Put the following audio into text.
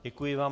Děkuji vám.